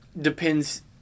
Depends